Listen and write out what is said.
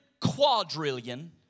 quadrillion